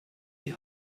die